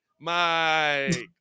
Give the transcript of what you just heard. mike